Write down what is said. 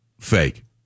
fake